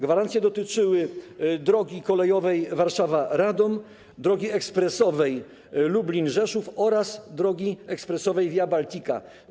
Gwarancje dotyczyły drogi kolejowej Warszawa - Radom, drogi ekspresowej Lublin - Rzeszów oraz drogi ekspresowej Via Baltica.